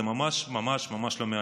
זה ממש, ממש, ממש, לא מעניין.